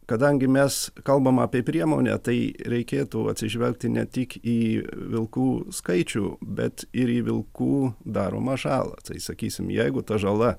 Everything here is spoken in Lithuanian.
kadangi mes kalbam apie priemonę tai reikėtų atsižvelgti ne tik į vilkų skaičių bet ir į vilkų daromą žalą tai sakysim jeigu ta žala